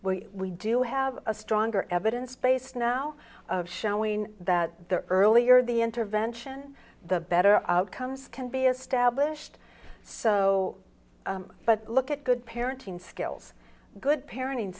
we do have a stronger evidence base now showing that the earlier the intervention the better outcomes can be established so but look at good parenting skills good parenting